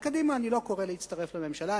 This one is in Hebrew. לקדימה אני לא קורא להצטרף לממשלה,